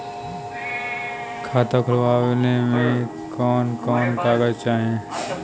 खाता खोलवावे में कवन कवन कागज चाही?